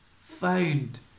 found